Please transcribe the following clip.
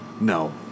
No